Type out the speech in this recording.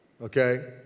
Okay